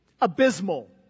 abysmal